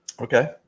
Okay